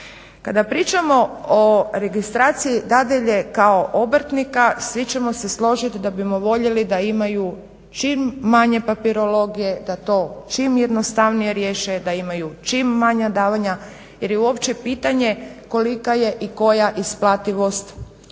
Kada pričamo o registraciji dadilje kao obrtnika svi ćemo se složit da bi voljeli da imaju čim manje papirologije da to čim jednostavnije riješe, da imaju čim manje davanja jer je uopće pitanje, kolika je i koja isplativost broja